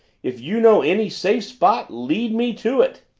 if you know any safe spot, lead me to it!